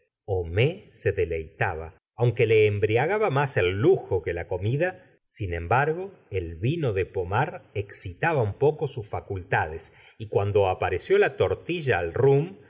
homais se deleitaba aunque le embriagaba más el lujo que la comida sin embargo el vino de pomar excitaba un poco sus facultades y cuando apareció la tortilla al rom